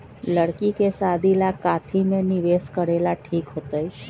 लड़की के शादी ला काथी में निवेस करेला ठीक होतई?